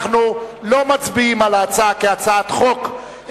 אנחנו לא מצביעים על ההצעה כהצעת חוק,